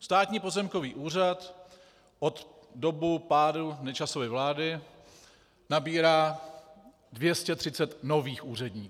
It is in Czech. Státní pozemkový úřad od pádu Nečasovy vlády nabírá 230 nových úředníků.